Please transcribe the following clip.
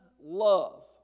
love